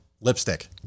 lipstick